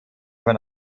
von